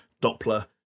Doppler